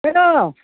hello